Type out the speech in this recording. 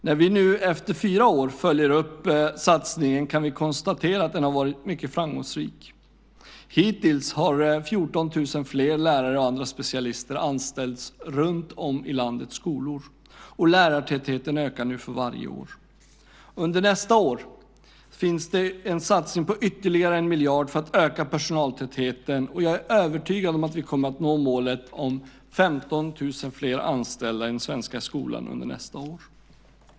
När vi nu efter fyra år följer upp satsningen kan vi konstatera att den har varit mycket framgångsrik. Hittills har 14 000 fler lärare och andra specialister anställts runtom på landets skolor. Lärartätheten ökar nu för varje år. Under nästa år finns en satsning på ytterligare 1 miljard för att öka personaltätheten. Jag är övertygad om att vi kommer att nå målet om 15 000 fler anställda i den svenska skolan under nästa år.